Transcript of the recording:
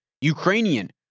Ukrainian